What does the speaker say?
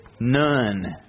None